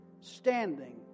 standing